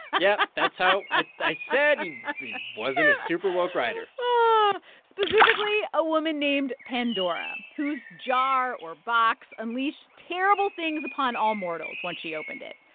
yeah, that's how so ah i said he but yeah wasn't a super woke writer ah specifically, a woman named pandora, whose jar or box unleashed terrible things upon all mortals when she opened it.